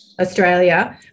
Australia